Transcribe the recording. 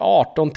18